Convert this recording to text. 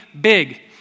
big